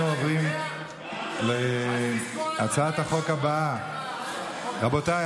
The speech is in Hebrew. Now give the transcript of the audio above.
אנחנו עוברים להצעת החוק הבאה, רבותיי.